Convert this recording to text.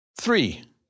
Three